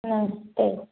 नमस्ते